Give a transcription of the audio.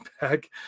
back